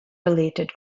related